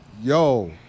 yo